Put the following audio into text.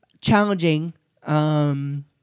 challenging